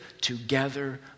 together